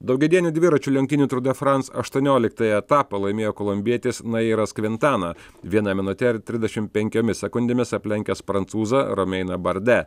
daugiadienių dviračių lenktynių tour de france aštuonioliktąjį etapą laimėjo kolumbietis nairas kvintana viena minute ir trisdešimt penkiomis sekundėmis aplenkęs prancūzą romeiną barde